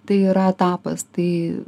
tai yra etapas tai